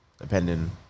Depending